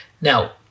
Now